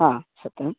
आं सत्यं